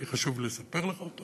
כי חשוב לי לספר אותו,